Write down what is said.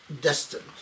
destined